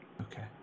Okay